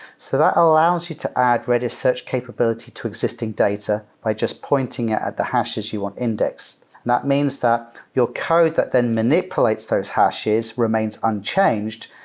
so that allows you to add redis search capability to existing data by just pointing at at the hashes you want indexed. that means that your code that then manipulates those hashes remains unchanged,